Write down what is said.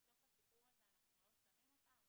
אנחנו לא שמים אותם?